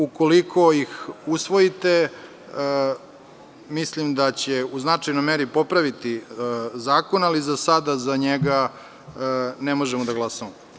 Ukoliko ih usvojite, mislim da će u značajnoj meri popraviti zakon, ali za sada za njega ne možemo da glasamo.